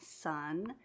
Sun